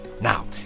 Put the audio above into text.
Now